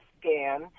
scan